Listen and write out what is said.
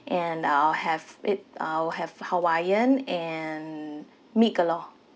and I'll have it I'll have hawaiian and meat galore